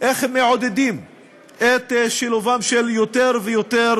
איך מעודדים את שילובם של יותר ויותר